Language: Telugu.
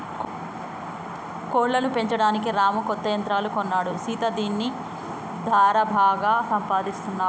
కోళ్లను పెంచడానికి రాము కొత్త యంత్రాలు కొన్నాడు సీత దీని దారా బాగా సంపాదిస్తున్నాడు